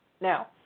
Now